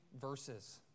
verses